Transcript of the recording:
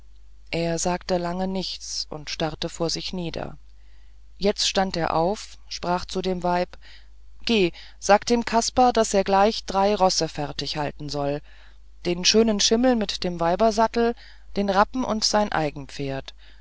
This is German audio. er sagte lange nichts und starrte vor sich nieder jetzt stand er auf sprach zu dem weib geh sag dem kaspar daß er gleich drei rosse fertig halten soll den schönen schimmel mit dem weibersattel den rappen und sein